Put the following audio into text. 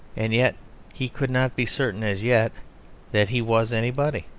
and yet he could not be certain as yet that he was anybody.